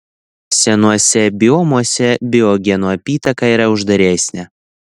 senuose biomuose biogenų apytaka yra uždaresnė